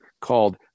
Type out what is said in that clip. called